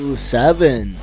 Seven